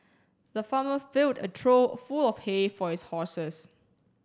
the farmer filled a trough full of hay for his horses